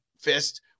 fist